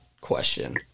question